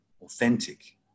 authentic